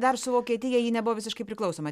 dar su vokietija ji nebuvo visiškai priklausoma